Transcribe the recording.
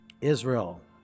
Israel